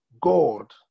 God